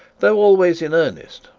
though always in earnest,